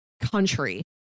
country